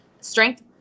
strength